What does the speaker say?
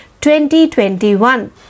2021